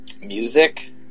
music